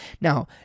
Now